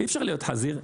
אי-אפשר להיות חזיר.